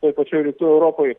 toj pačioj rytų europoj